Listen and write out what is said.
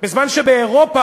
בזמן שבאירופה,